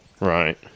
right